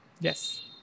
Yes